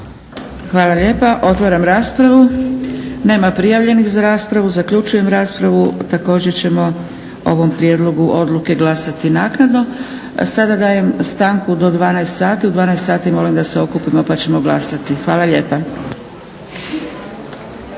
Hvala lijepa. Otvaram raspravu. Nema prijavljenih za raspravu. Zaključujem raspravu. Također ćemo o ovom prijedlogu odluke glasati naknadno. Sada dajem stanku do 12,00 sati. U 12,00 sati molim da se okupimo pa ćemo glasati. Hvala lijepa.